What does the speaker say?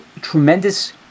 tremendous